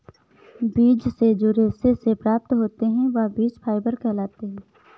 बीज से जो रेशे से प्राप्त होते हैं वह बीज फाइबर कहलाते हैं